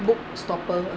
book stopper